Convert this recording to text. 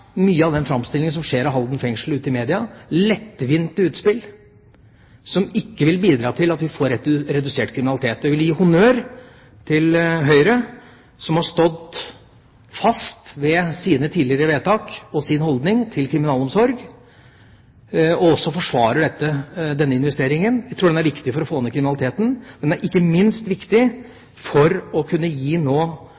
mye av den framstillingen som skjer av Halden fengsel ute i media – lettvinte utspill som ikke bidrar til at vi får redusert kvalitet. Jeg vil gi honnør til Høyre som har stått fast ved sine tidligere vedtak og sin holdning til kriminalomsorg, og som også forsvarer denne investeringen. Jeg tror den er viktig for å få ned kriminaliteten, men den er ikke minst viktig